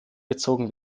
gezogen